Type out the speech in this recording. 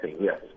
Yes